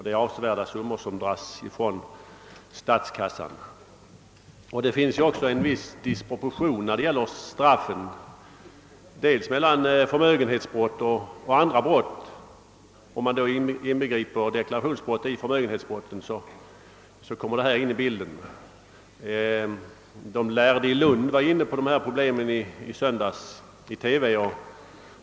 Det är avsevärda summor som undandras statskassan. Det finns också en viss disproportion när det gäller straffen för förmögenhetsbrott och andra brott. Om man inbegriper deklarationsbrotten i förmögenhetsbrotten får man detta än mera klart för sig. De lärde i Lund var inne på dessa problem i ett TV-program i söndags.